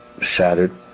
shattered